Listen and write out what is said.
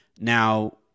Now